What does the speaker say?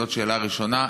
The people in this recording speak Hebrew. זאת שאלה ראשונה.